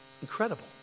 Incredible